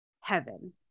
heaven